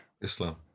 Islam